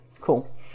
cool